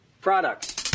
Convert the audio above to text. products